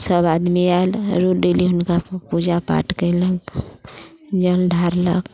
सब आदमी आयल आरो डेली हुनका पूजा पाठ कयलनि जल ढ़ारलक